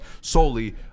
solely